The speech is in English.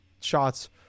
shots